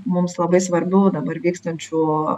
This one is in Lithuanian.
mums labai svarbių dabar vykstančių